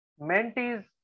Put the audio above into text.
mentees